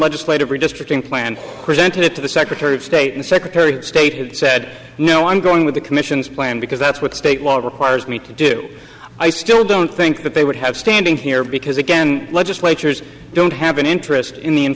legislative redistricting plan presented it to the secretary of state and secretary of state said no i'm going with the commission's plan because that's what state law requires me to do i still don't think that they would have standing here because again legislatures don't have an interest in the